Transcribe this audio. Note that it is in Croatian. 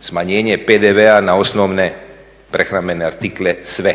smanjenje PDV-a na osnovne prehrambene artikle sve.